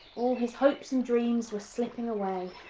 all his hopes and dreams were slipping away.